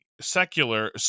secular